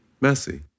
Messy